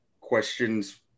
questions